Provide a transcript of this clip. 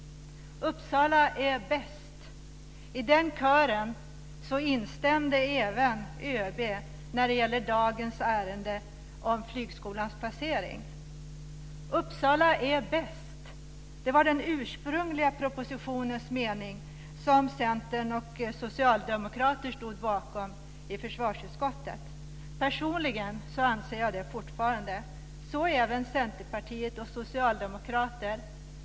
Uppsala är bäst. I den kören instämde även ÖB när det gäller dagens ärende om Flygskolans placering. Uppsala är bäst. Det var den ursprungliga propositionens mening, som Centern och Socialdemokraterna stod bakom i försvarsutskottet. Personligen anser jag det fortfarande, så även Centerpartiet och Socialdemokraterna.